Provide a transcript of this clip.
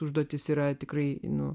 užduotis yra tikrai nu